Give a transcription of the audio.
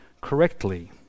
Correctly